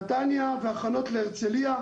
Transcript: נתניה, והכנות להרצליה.